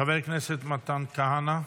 חבר הכנסת מתן כהנא.